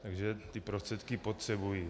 takže ty prostředky potřebují.